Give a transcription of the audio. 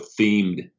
themed